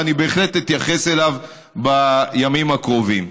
ואני בהחלט אתייחס אליו בימים הקרובים.